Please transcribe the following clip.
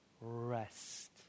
Rest